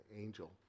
angel